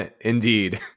Indeed